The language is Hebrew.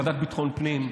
הוועדה לביטחון פנים,